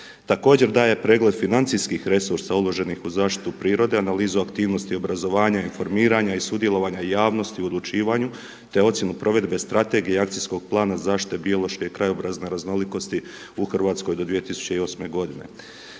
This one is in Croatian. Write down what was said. Također daje pregled financijskih resursa uloženih u zaštitu prirode, analizu aktivnosti i obrazovanja, informiranja i sudjelovanja javnosti u odlučivanju te ocjenu provedbe Strategije i Akcijskog plana zaštite biološke i krajobrazne raznolikosti u Hrvatskoj do 2008. godine.